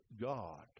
God